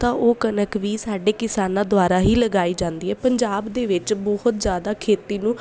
ਤਾਂ ਉਹ ਕਣਕ ਵੀ ਸਾਡੇ ਕਿਸਾਨਾਂ ਦੁਆਰਾ ਹੀ ਲਗਾਈ ਜਾਂਦੀ ਹੈ ਪੰਜਾਬ ਦੇ ਵਿੱਚ ਬਹੁਤ ਜ਼ਿਆਦਾ ਖੇਤੀ ਨੂੰ